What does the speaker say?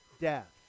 death